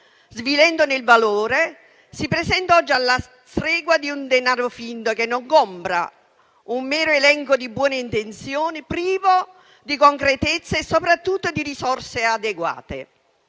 svilendone il valore, si presenta oggi alla stregua di un denaro finto che non compra, un mero elenco di buone intenzioni privo di concretezza e soprattutto di risorse adeguate.